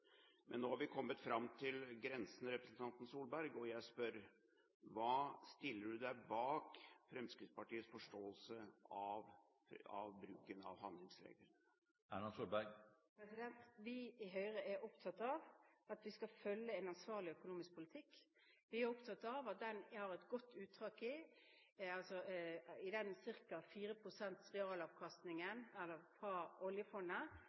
Men nå har vi kommet fram til grensen, representanten Solberg, og jeg spør: Stiller du deg bak Fremskrittspartiets forståelse av bruken av handlingsregelen? Vi i Høyre er opptatt av at vi skal føre en ansvarlig økonomisk politikk. Vi er opptatt av at vi har et godt utgangspunkt i den ca. 4 pst.-realavkastningen fra oljefondet